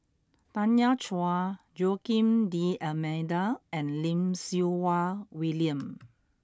Tanya Chua Joaquim D'almeida and Lim Siew Wai William